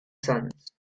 sons